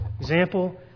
Example